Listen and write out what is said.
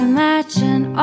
Imagine